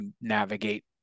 navigate